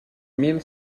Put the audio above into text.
mil